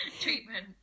treatment